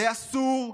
זה אסור.